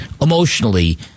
emotionally